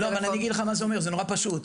אני אגיד לך מה זה אומר, זה פשוט מאוד.